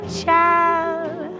child